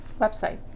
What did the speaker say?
Website